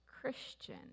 Christian